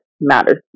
matters